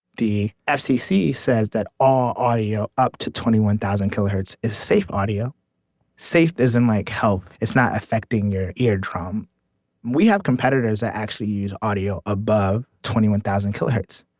the ah fcc says that all audio up to twenty one thousand kilohertz is safe audio safe as in like health, it's not affecting your ear drum we have competitors that actually use audio above twenty one thousand kilohertz.